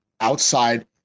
outside